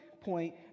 point